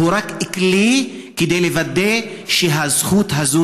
הוא רק כלי כדי לוודא שהזכות הזאת